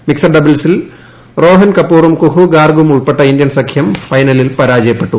mixed ഡബിൾസിൽ റോഹൻ കപൂറും കുഹു ഗാർഗ്ഗും ഉൾപ്പെട്ട ഇന്ത്യൻ സഖ്യം ഫൈനലിൽ പരാജയപ്പെട്ടു